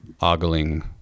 ogling